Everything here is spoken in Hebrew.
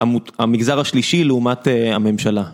המגזר השלישי לעומת הממשלה.